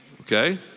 okay